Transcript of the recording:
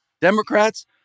Democrats